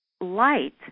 Light